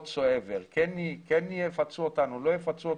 כן יפצו אותנו, לא יפצו אותנו,